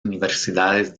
universidades